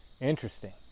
Interesting